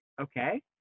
Okay